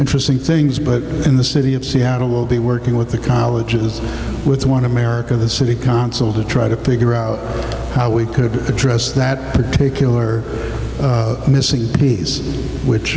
interesting things but in the city of seattle will be working with the colleges with want to america the city council to try to figure out how we could address that particular missing piece which